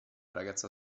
ragazza